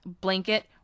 blanket